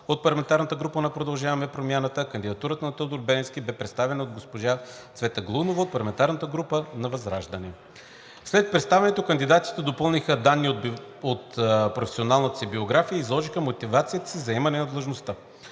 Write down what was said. от парламентарната група на „Продължаваме промяната“. Кандидатурата на Тодор Беленски беше представена от Цвета Галунова от парламентарната група на ВЪЗРАЖДАНЕ. След представянето кандидатите допълниха данни от професионалната си биография и изложиха мотивацията си за заемане на длъжността.